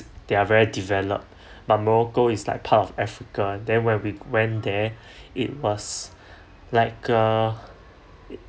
they are very develop but morocco is like part of african then where we went there it was like a